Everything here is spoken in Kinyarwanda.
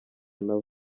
nabo